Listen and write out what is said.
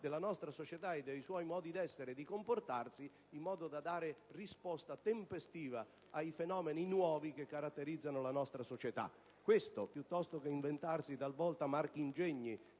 della nostra società nei suoi modi d'essere e di comportarsi, in modo da dare risposta tempestiva ai fenomeni nuovi che la caratterizzano. Questi, piuttosto che inventarsi talvolta marchingegni